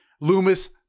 Loomis